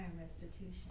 Restitution